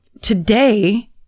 Today